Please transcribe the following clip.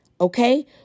okay